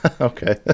okay